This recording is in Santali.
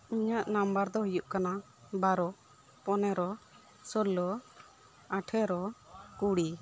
ᱤᱧᱟᱹᱜ ᱱᱟᱢᱵᱟᱨ ᱫᱚ ᱦᱩᱭᱩᱜ ᱠᱟᱱᱟ ᱵᱟᱨᱚ ᱯᱚᱱᱮᱨᱚ ᱥᱳᱞᱞᱳ ᱟᱴᱷᱮᱨᱚ ᱠᱩᱲᱤ